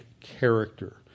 character